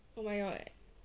oh my god